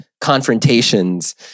confrontations